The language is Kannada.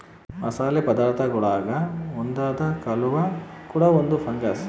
ಮಸಾಲೆ ಪದಾರ್ಥಗುಳಾಗ ಒಂದಾದ ಕಲ್ಲುವ್ವ ಕೂಡ ಒಂದು ಫಂಗಸ್